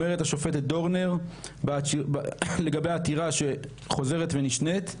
אומרת השופטת דורנר לגבי עתירה שחוזרת ונשנית: